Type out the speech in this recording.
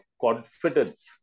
confidence